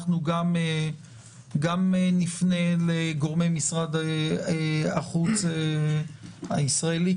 אנחנו נפנה גם לגורמי משרד החוץ הישראלי.